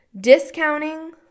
Discounting